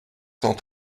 cent